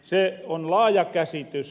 se on laaja käsitys